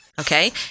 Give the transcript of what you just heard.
okay